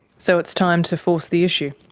so it's time to force the issue?